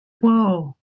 Whoa